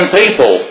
people